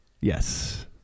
Yes